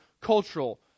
cultural